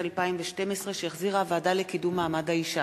התשע"ב 2012, שהחזירה הוועדה לקידום מעמד האשה,